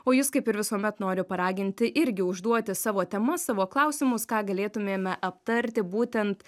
o jus kaip ir visuomet noriu paraginti irgi užduoti savo temas savo klausimus ką galėtumėme aptarti būtent